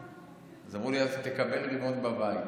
אז אמרו לי: אז אתה תקבל רימון בבית.